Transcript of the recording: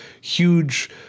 huge